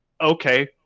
okay